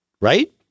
Right